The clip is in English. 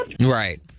Right